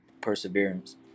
perseverance